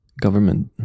government